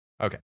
Okay